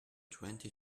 twenty